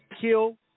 kill